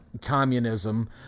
communism